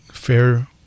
Fair